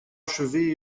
achevée